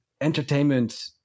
entertainment